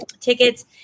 tickets